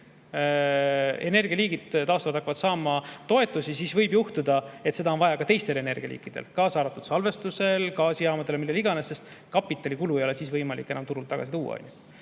energialiigid hakkavad saama toetusi, siis võib juhtuda, et seda on vaja ka teistel energialiikidel, kaasa arvatud salvestusel, gaasijaamadel, millel iganes, sest kapitalikulu ei ole siis võimalik enam turult tagasi tuua.